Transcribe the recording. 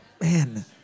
man